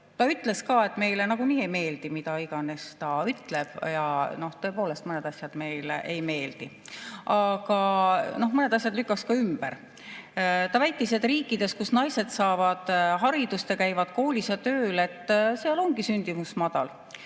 Ta ütles ka, et meile nagunii ei meeldi, mida iganes ta ütleb. Ja tõepoolest, mõned asjad meile ei meeldi. Aga mõned asjad lükkaks ka ümber. Ta väitis, et riikides, kus naised saavad haridust ja käivad koolis ning tööl, ongi sündimus madal.